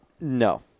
No